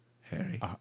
Harry